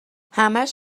همش